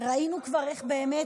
ראינו כבר איך באמת,